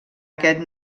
aquest